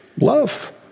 love